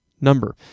number